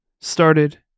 started